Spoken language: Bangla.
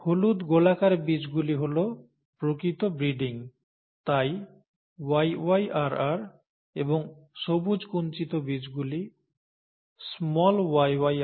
হলুদ গোলাকার বীজগুলি হল প্রকৃত ব্রিডিং তাই YYRR এবং সবুজ কুঞ্চিত বীজগুলি yyrr হবে